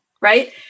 right